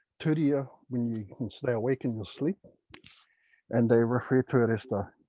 thirty year when you can stay awake in the sleep and they refer to it as the